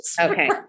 Okay